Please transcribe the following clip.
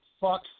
fuck